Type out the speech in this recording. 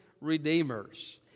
redeemers